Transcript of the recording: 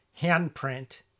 handprint